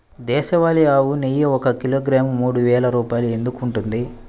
దేశవాళీ ఆవు నెయ్యి ఒక కిలోగ్రాము మూడు వేలు రూపాయలు ఎందుకు ఉంటుంది?